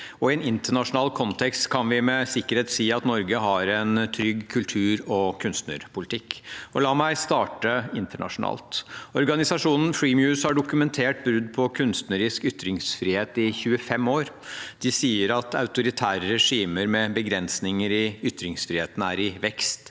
I en internasjonal kontekst kan vi med sikkerhet si at Norge har en trygg kultur- og kunstnerpolitikk. La meg starte internasjonalt. Organisasjonen Freemuse har dokumentert brudd på kunstnerisk ytringsfrihet i 25 år. De sier at autoritære regimer med begrensninger i ytringsfriheten er i vekst.